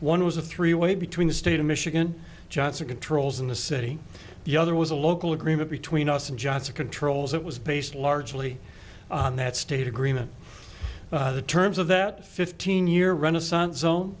one was a three way between the state of michigan johnson controls and the city the other was a local agreement between us and johnson controls it was based largely on that state agreement the terms of that fifteen year renaissance zone